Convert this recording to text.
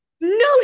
no